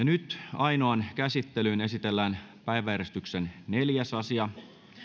nyt ainoaan käsittelyyn esitellään päiväjärjestyksen neljäs asia